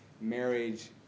Marriage